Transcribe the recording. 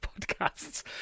podcasts